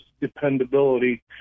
dependability